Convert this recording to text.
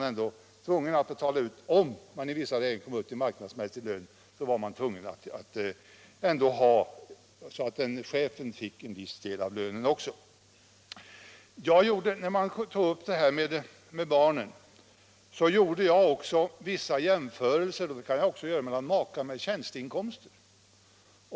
Även om man i vissa lägen kom upp till marknadsmässig lön var man ändå tvungen att se till att också chefen fick en viss del av lönen. Jag gjorde också vissa jämförelser med att barnen arbetar i rörelsen. Jag kan också göra en jämförelse med makar med tjänsteinkomster.